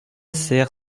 serre